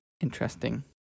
interesting